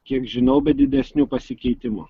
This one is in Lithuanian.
kiek žinau be didesnių pasikeitimų